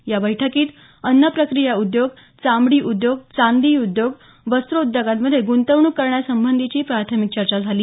या बैठकीत अन्नप्रक्रिया उद्योग चामडी उद्योग चांदी उद्योग वस्रोद्योगांमध्ये ग्रंतवणूक करण्यासंबंधीची प्राथमिक चर्चा झाली